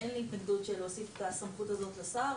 אין לי התנגדות להוסיף את הסמכות הזאת לשר.